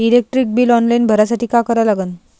Electric bill online भरासाठी का करा लागन?